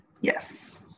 yes